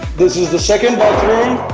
this is the second bathroom and